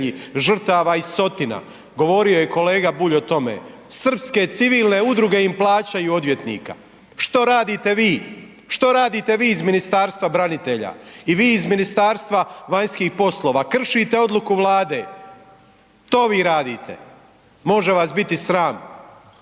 žrtava iz Sotina, govorio je kolega Bulj o tome. Srpske civilne udruge im plaćaju odvjetnika. Što radite vi? Što radite vi iz Ministarstva branitelja i vi iz Ministarstva vanjskih poslova? Kršite odluku Vlade, to vi radite, može vas biti sram.